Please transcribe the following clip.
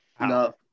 No